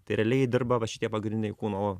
tai realiai dirba va šitie pagriniai kūno